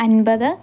അൻപത്